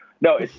No